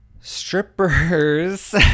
Strippers